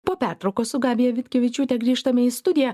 po pertraukos su gabija vitkevičiūtė grįžtame į sudie